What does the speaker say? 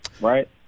Right